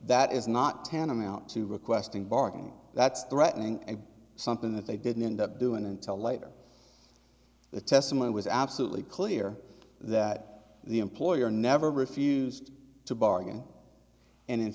that is not tantamount to requesting barking that's threatening and something that they didn't end up doing until later the testimony was absolutely clear that the employer never refused to bargain and in